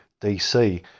dc